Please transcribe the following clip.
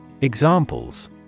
Examples